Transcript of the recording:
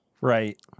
right